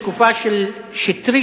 בתקופה של שטרית,